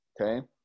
okay